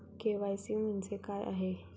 KYC म्हणजे काय आहे?